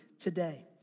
today